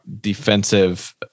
defensive